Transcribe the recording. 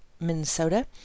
Minnesota